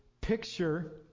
picture